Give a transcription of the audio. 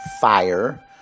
fire